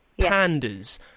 Pandas